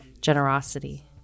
generosity